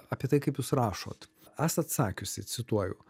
apie tai kaip jūs rašot esat sakiusi cituoju